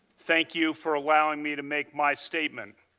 thank you, for allowing me to make my statement.